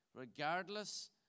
Regardless